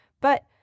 But-